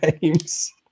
games